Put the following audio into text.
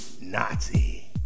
Nazi